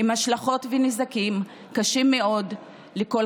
עם השלכות ונזקים קשים מאוד לכל